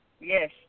Yes